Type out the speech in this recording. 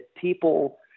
people